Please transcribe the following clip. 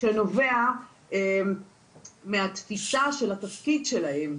שנובע מהתפיסה של התפקיד שלהם,